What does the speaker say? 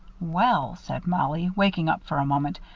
well, said mollie, waking up for a moment,